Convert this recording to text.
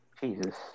Jesus